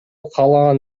каалаган